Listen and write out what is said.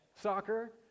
soccer